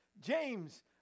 James